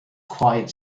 quite